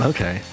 Okay